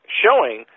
showing